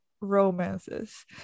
romances